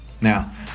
Now